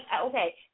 okay